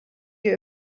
you